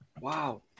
Wow